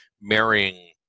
marrying